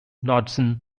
knudsen